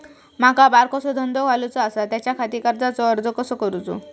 माका बारकोसो धंदो घालुचो आसा त्याच्याखाती कर्जाचो अर्ज कसो करूचो?